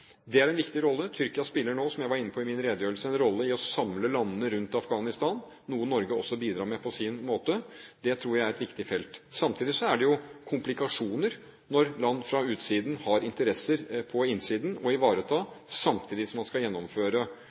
Det er en viktig rolle Tyrkia spiller nå, som jeg var inne på i min redegjørelse, en rolle med å samle landene rundt Afghanistan, noe Norge også bidrar med på sin måte. Det tror jeg er et viktig felt. Samtidig er det jo komplikasjoner når land fra utsiden har interesser på innsiden å ivareta, samtidig som man skal gjennomføre